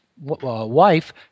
wife